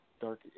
dark